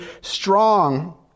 strong